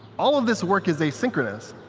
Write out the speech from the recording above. all of this work is asynchronous,